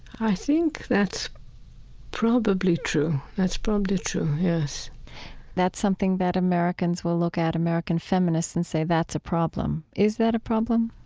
i think that's probably true. that's probably true, yes that's something that americans will look at, american feminists, and say, that's a problem is that a problem,